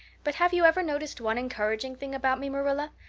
but have you ever noticed one encouraging thing about me, marilla?